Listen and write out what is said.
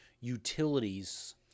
utilities